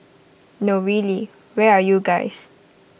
no really where are you guys